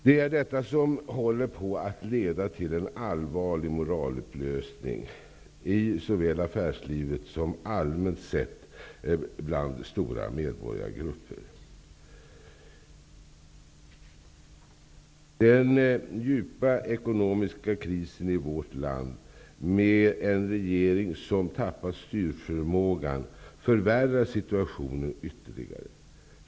Det är detta som håller på att leda till en allvarlig moralupplösning i såväl affärslivet som allmänt sett bland stora medborgargrupper. Den djupa ekonomiska krisen i vårt land, med en regering som tappat styrförmågan, förvärrar situationen ytterligare.